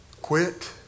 Quit